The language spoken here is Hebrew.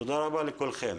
תודה רבה לכולכם.